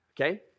okay